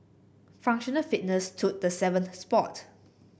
functional fitness took the seventh spot